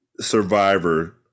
Survivor